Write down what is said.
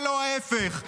ולא ההפך,